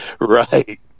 Right